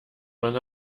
man